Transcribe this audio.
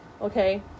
okay